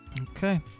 Okay